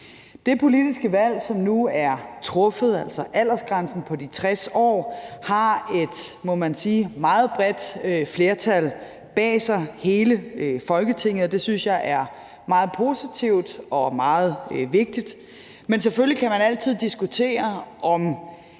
Det politiske valg, som nu er truffet, altså aldersgrænsen på 60 år, har et, må man sige, meget bredt flertal bag sig, hele Folketinget, og det synes jeg er meget positivt og meget vigtigt. Men selvfølgelig kan man altid diskutere, om